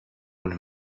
und